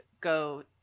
go